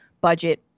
budget